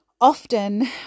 often